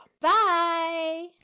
Bye